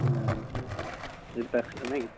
ପାଖରେ ନାହିଁ କି